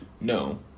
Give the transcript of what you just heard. No